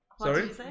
sorry